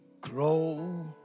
grow